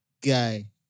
guy